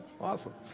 Awesome